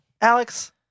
Alex